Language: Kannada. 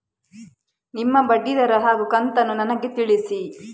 ನಿಮ್ಮ ಬಡ್ಡಿದರ ಹಾಗೂ ಕಂತನ್ನು ನನಗೆ ತಿಳಿಸಿ?